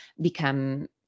become